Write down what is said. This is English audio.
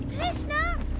krishna,